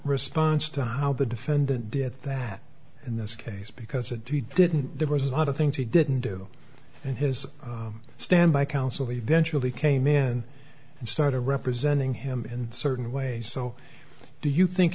response to how the defendant did that in this case because it didn't there was a lot of things he didn't do and his standby counsel eventually came in and started representing him in certain ways so do you think